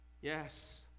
Yes